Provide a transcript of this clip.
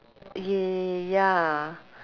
ya